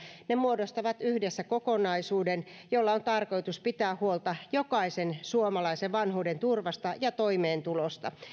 muodostaa kokonaisuuden jolla on tarkoitus pitää huolta jokaisen suomalaisen vanhuudenturvasta ja toimeentulosta